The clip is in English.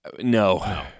No